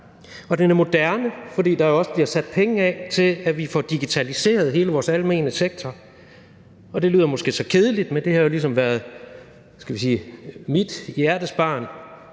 og den er moderne, fordi der også bliver sat penge af til, at vi får digitaliseret hele vores almene sektor. Det lyder måske så kedeligt, men det har jo ligesom været mit hjertebarn,